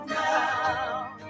now